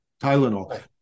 Tylenol